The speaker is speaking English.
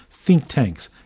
think tanks,